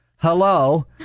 hello